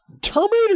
Terminator